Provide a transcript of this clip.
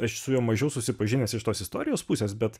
aš su juo mažiau susipažinęs iš tos istorijos pusės bet